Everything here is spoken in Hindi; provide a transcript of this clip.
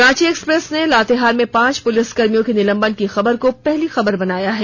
रांची एक्सप्रेस ने लातेहार में पांच पुलिसकर्मियों के निलंबन की खबर को पहली खबर बनाया है